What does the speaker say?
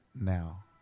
now